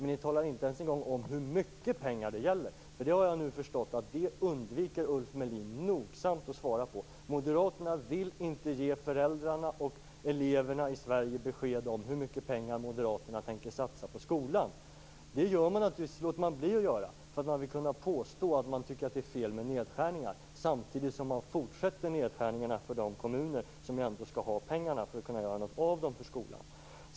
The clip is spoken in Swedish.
Ni talar inte ens en gång om hur mycket pengar det gäller. Jag har nu förstått att det undviker Ulf Melin nogsamt att svara på. Moderaterna vill inte ge föräldrarna och eleverna i Sverige besked om hur mycket pengar moderaterna tänker satsa på skolan. Det låter man naturligtvis bli att göra därför att man vill kunna påstå att man tycker att det är fel med nedskärningar, samtidigt som man fortsätter att göra nedskärningar för de kommuner som ändå skall ha pengarna för att kunna göra något av dem för skolan.